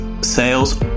Sales